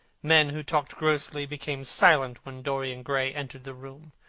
men who talked grossly became silent when dorian gray entered the room.